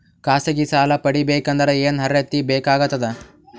ಖಾಸಗಿ ಸಾಲ ಪಡಿಬೇಕಂದರ ಏನ್ ಅರ್ಹತಿ ಬೇಕಾಗತದ?